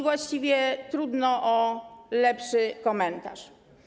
Właściwie trudno o lepszy komentarz.